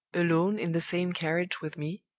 alone in the same carriage with me,